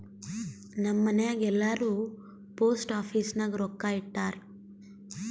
ನಮ್ ಮನ್ಯಾಗ್ ಎಲ್ಲಾರೂ ಪೋಸ್ಟ್ ಆಫೀಸ್ ನಾಗ್ ರೊಕ್ಕಾ ಇಟ್ಟಾರ್